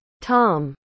Tom